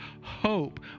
hope